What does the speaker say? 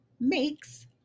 makes